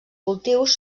cultius